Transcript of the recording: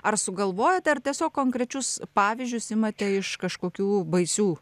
ar sugalvojat ar tiesiog konkrečius pavyzdžius imate iš kažkokių baisių